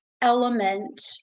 element